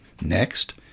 Next